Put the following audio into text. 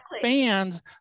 fans